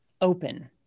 open